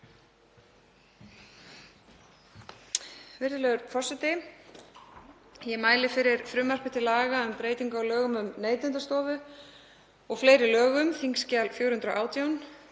Virðulegur forseti. Ég mæli fyrir frumvarpi til laga um breytingu á lögum um Neytendastofu og fleiri lögum, á þskj. 418,